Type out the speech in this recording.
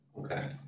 okay